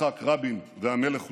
יצחק רבין והמלך חוסיין,